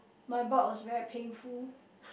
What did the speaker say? my butt was very painful